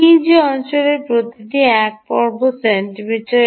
টিইজি অঞ্চলের প্রতি এক বর্গ সেন্টিমিটার